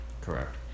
Correct